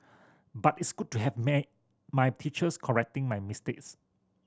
but it's good to have my teachers correcting my mistakes